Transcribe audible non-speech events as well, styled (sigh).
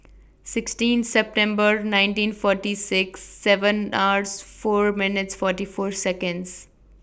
sixteen September nineteen forty six seven R (noise) four minutes forty four Seconds